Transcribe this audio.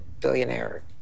billionaire